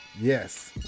Yes